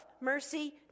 mercy